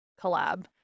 collab